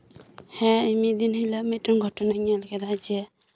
ᱦᱮᱸ ᱤᱧ ᱢᱤᱫ ᱫᱤᱱ ᱦᱤᱞᱳᱜ ᱢᱤᱫᱴᱤᱱ ᱜᱷᱚᱴᱚᱱᱟᱧ ᱧᱮᱞ ᱠᱮᱫᱟ ᱡᱮ